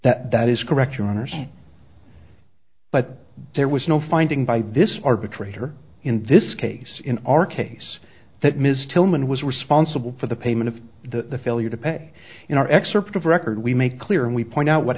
that that is correct your honor but there was no finding by this arbitrator in this case in our case that ms tillman was responsible for the payment of the failure to pay in our excerpt of record we make clear and we point out what